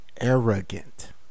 arrogant